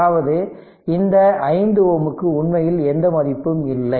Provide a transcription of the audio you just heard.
அதாவது இந்த 5Ω க்கு உண்மையில் எந்த மதிப்பும் இல்லை